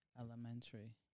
elementary